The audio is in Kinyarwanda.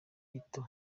gito